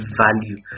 value